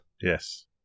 Yes